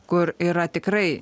kur yra tikrai